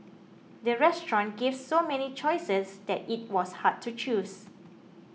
the restaurant gave so many choices that it was hard to choose